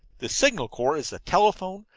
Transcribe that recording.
the signal corps is the telephone,